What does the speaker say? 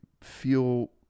feel